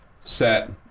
set